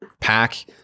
pack